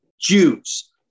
Jews